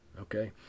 Okay